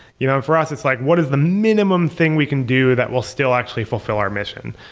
you know for us it's like, what is the minimum thing we can do that will still actually fulfill our mission,